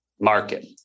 market